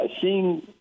Seeing